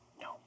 No